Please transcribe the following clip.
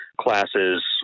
classes